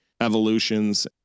evolutions